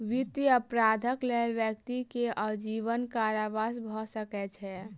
वित्तीय अपराधक लेल व्यक्ति के आजीवन कारावास भ सकै छै